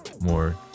more